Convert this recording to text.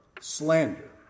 slander